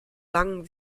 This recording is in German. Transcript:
langen